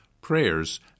prayers